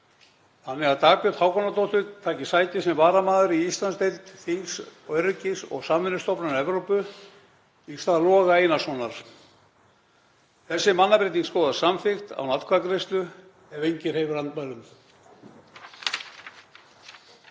þannig að Dagbjört Hákonardóttur taki sæti sem varamaður í Íslandsdeild þings Öryggis- og samvinnustofnunar Evrópu í stað Loga Einarssonar. Þessi mannabreyting skoðast samþykkt án atkvæðagreiðslu ef enginn hreyfir andmælum.